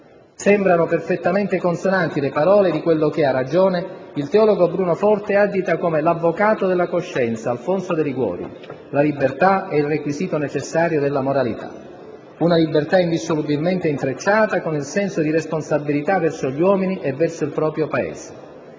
Sembrano perfettamente consonanti le parole di quello che, a ragione, il teologo Bruno Forte addita come "l'avvocato della coscienza", Alfonso de Liguori: «la libertà è il requisito necessario della moralità». Una libertà indissolubilmente intrecciata con il senso di responsabilità verso gli uomini e verso il proprio Paese.